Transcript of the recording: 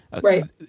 Right